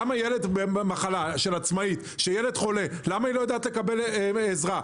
כשילד חולה, למה אישה לא יכולה לקבל עזרה?